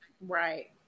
right